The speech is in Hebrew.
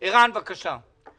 ערן, בבקשה.